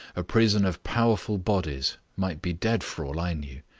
a prison of powerful bodies, might be dead for all i knew.